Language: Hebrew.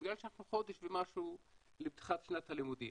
בגלל שאנחנו חודש ומשהו לפתיחת שנת הלימודים